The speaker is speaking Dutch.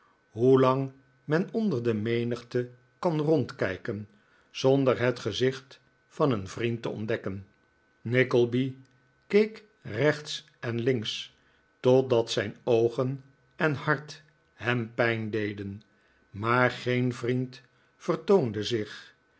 hoelang men onder de menigte kan rondkijken zonder het gezicht van een vriend te ontdekken nickleby keek rechts en links totdat zijn oogen en hart hem pijn deden maar geen vriend vertoonde zich